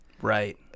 right